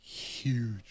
huge